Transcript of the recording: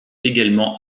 également